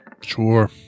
sure